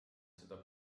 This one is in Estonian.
seda